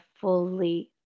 fully